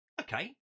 okay